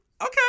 okay